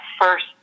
first